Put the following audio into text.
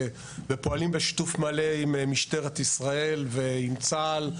ופועלים בשיתוף מלא עם משטרת ישראל ועם צה"ל.